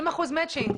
50% מצ'ינג.